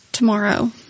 tomorrow